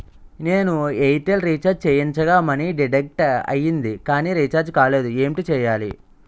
నేను Airtel recharge చేయించగా money deduct అయ్యింది కానీ రీఛార్జ్ కాలేదు ఏంటి చేయాలి?